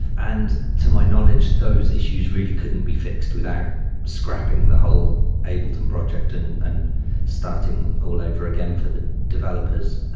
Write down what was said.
and to my knowledge, those issues really couldn't be fixed without scrapping the whole ableton project and and starting all over again for the developers,